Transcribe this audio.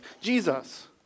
Jesus